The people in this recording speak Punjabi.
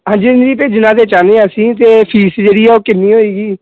ਹਾਂਜੀ ਹਾਂਜੀ ਭੇਜਣਾ ਤਾਂ ਚਾਹੁੰਦੇ ਹਾਂ ਅਸੀਂ ਅਤੇ ਫ਼ੀਸ ਜਿਹੜੀ ਹੈ ਉਹ ਕਿੰਨੀ ਹੋਏਗੀ